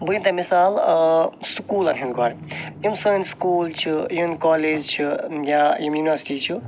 بہٕ دمہ تۄہہِ مِثال سُکوٗلَن ہٕنٛز گۄڈٕ یِم سٲنۍ سُکوٗل چھِ یِم کالیٚج چھِ یا یِم یُنورسٹی چھِ